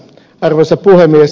arvoisa puhemies